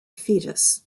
fetus